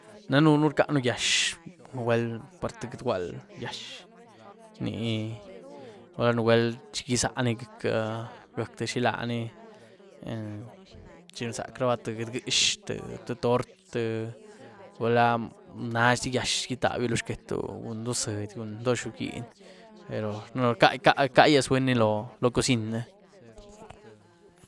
Danënú rcaënú gyiiazh, nugwuel par tïé getgwual gyiiazh, ní, gula nugwuel chi gizaní gyiec'-gyiec' tïé xilaní chi runzac'raba tïé getgyiezh, tïé torty, tïé, gula nazhí gyiiazh itabio lo xquetú cun do ziëdy, cun do xobgyíny pero ica-ica rcayiaz buny loó coziní ni.